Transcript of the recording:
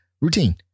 routine